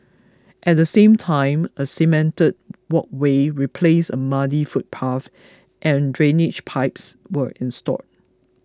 at the same time a cemented walkway replaced a muddy footpath and drainage pipes were installed